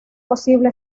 posible